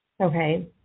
Okay